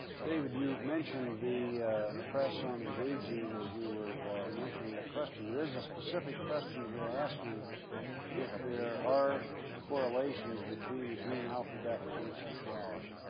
david, you mentioned the press on the gay gene as you were answering that question. there is a specific question here asking if there are correlations between the gene alphabet and homosexuality.